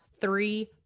three